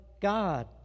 God